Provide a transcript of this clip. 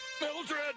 Mildred